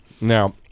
Now